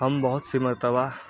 ہم بہت سی مرتبہ